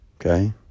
Okay